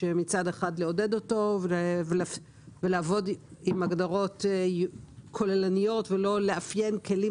מצד אחד לעודד אותו ולעבוד עם הגדרות כוללניות ולא לאפיין כלים